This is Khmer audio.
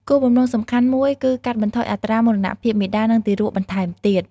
គោលបំណងសំខាន់មួយគឺកាត់បន្ថយអត្រាមរណភាពមាតានិងទារកបន្ថែមទៀត។